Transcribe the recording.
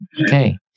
Okay